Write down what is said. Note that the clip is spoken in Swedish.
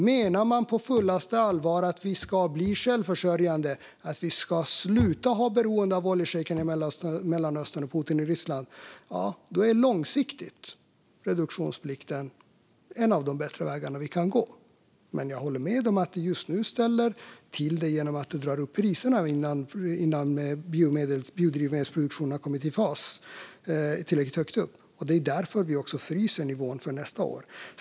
Om man på fullaste allvar menar att vi ska bli självförsörjande och att vi ska sluta vara beroende av oljeschejkerna i Mellanöstern och Putin i Ryssland är reduktionsplikten långsiktigt en av de bättre vägar vi kan gå. Men jag håller med om att reduktionsplikten just nu ställer till det genom att den drar upp priserna innan biodrivmedelsproduktionen har kommit i fas och blivit tillräckligt stor. Det är också därför vi fryser nivån för nästa år.